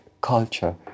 culture